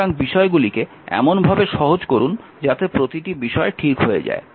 সুতরাং বিষয়গুলিকে এমনভাবে সহজ করুন যাতে প্রতিটি বিষয় ঠিক হয়ে যায়